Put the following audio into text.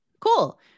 Cool